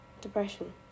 depression